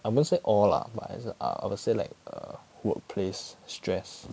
I won't say all lah but I I would say like err workplace stress